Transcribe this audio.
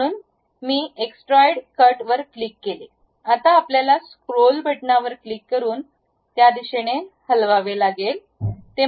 म्हणून मी extrude cut वर क्लिक केले आता आपल्या स्क्रोल बटणावर क्लिक करून त्या दिशेने हलवा